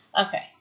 Okay